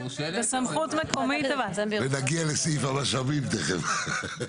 ונגיע לסעיף המשאבים תכף,